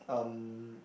um